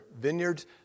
vineyards